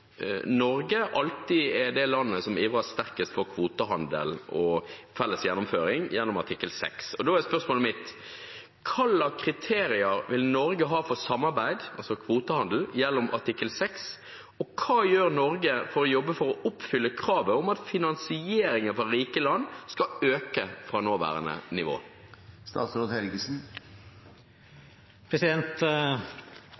Norge alltid er det landet som ivrer sterkest for kvotehandel og felles gjennomføring gjennom artikkel 6. Spørsmålet mitt er: Hvilke kriterier vil Norge ha for samarbeid, altså kvotehandel, gjennom artikkel 6, og hva gjør Norge for å jobbe for å oppfylle kravet om at finansieringen fra rike land skal øke fra nåværende nivå?